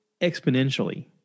exponentially